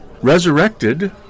resurrected